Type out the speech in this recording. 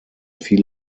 viel